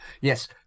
yes